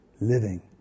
living